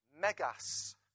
megas